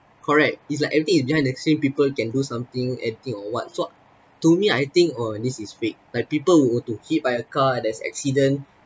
correct it's like everything is behind the scene people can do something anything or what so to me I think oh this is fake like people were to hit by a car at there's accident